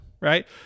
right